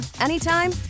anytime